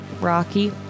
Rocky